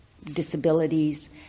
disabilities